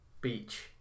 beach